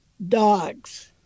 dogs